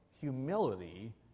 humility